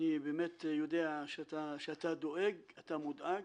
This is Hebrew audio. אני באמת יודע שאתה דואג, אתה מודאג.